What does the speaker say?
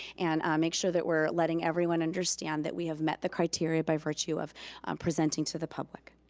and make sure that we're letting everyone understand that we have met the criteria by virtue of presenting to the public.